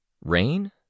Rain